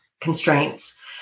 constraints